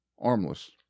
armless